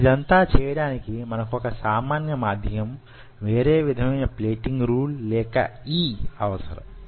కాని యిదంతా చేయడానికి మనకు వొక సామాన్య మాధ్యమం వేరే విధమైన ప్లేటింగ్ రూల్ లేక E అవసరం